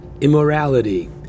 Immorality